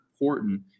important